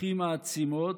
הכי מעצימות,